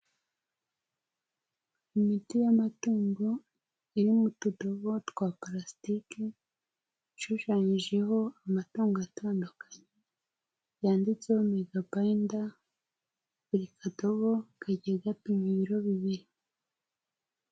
Imiti y'amatungo iri mu tudobo twa pulasitike ishushanyijeho amatungo atandukanye, yanditseho mega bulayinda, buri kadobo kagiye gapima ibiro bibiri.